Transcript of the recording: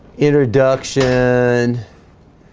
introduction